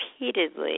repeatedly